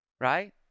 Right